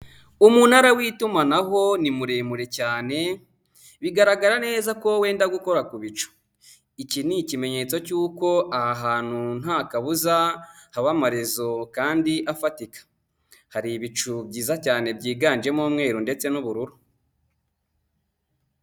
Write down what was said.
Umunara w'itumanaho ni muremure cyane, bigaragara neza ko wenda gukora ku bicu, iki ni ikimenyetso cy'uko aha hantu nta kabuza kaba amarizo kandi afatika, hari ibicu byiza cyane byiganjemo umweru ndetse n'ubururu.